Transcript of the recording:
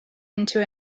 into